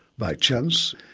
by chance,